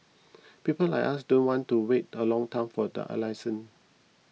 people like us don't want to wait a long time for the a license